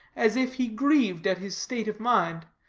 as if he grieved at his state of mind,